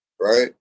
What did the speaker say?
right